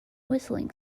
whistling